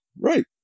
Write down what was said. right